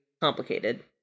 complicated